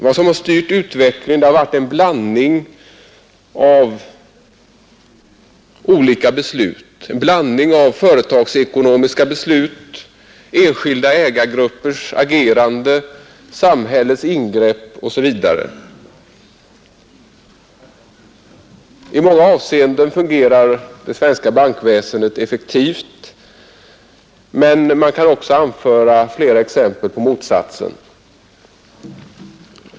Vad som styrt utvecklingen har varit en blandning av olika beslut — av företagsekonomiska beslut, enskilda ägargruppers agerande, samhällets ingrepp osv. I många avseenden fungerar det svenska bankväsendet effektivt, men man kan också anföra flera exempel på motsatsen.